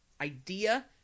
idea